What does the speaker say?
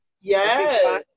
Yes